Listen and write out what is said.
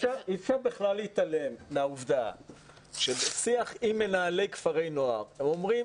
אי אפשר בכלל להתעלם מהעובדה שבשיח עם מנהלי כפרי נוער הם אומרים,